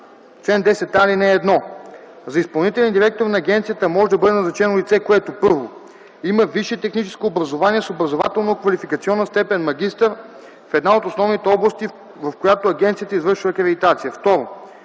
„Чл. 10а. (1) За изпълнителен директор на агенцията може да бъде назначено лице, което: 1. има висше техническо образование с образователно-квалификационна степен „магистър” в една от основните области, в която агенцията извършва акредитация;